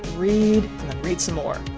read read some more.